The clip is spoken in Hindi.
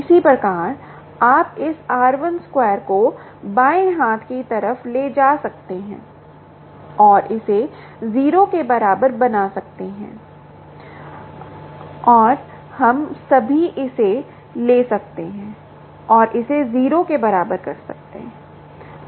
इसी प्रकार आप इस r1 2 को बाएं हाथ की तरफ से ले जा सकते हैं और इसे 0 के बराबर बना सकते हैं और हम सभी इसे ले सकते हैं और इसे 0 के बराबर कर सकते हैं